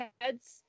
heads